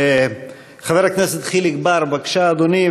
חבר הכנסת חיליק בר, בבקשה, אדוני.